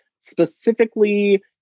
specifically